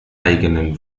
eigenen